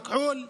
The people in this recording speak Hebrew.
מכחול ודריג'את,